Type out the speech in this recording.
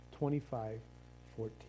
25.14